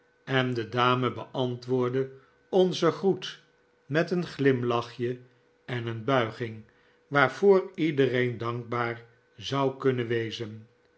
en de dame beantwoordde onzen groet met een glimlachje en een buiging waarvoor iedereen dankbaar zou kunnen wezen